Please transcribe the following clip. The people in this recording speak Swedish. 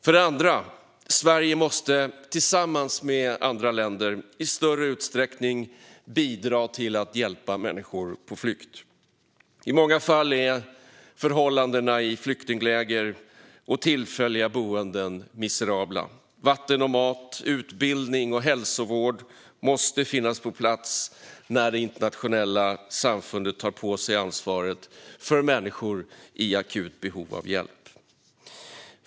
För det andra måste Sverige tillsammans med andra länder i större utsträckning bidra till att hjälpa människor på flykt. I många fall är förhållandena i flyktingläger och tillfälliga boenden miserabla. Vatten, mat, utbildning och hälsovård måste finnas på plats när det internationella samfundet tar på sig ansvaret för människor i akut behov av hjälp.